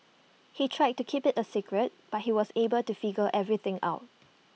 they tried to keep IT A secret but he was able to figure everything out